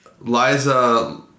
Liza